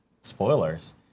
Spoilers